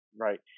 right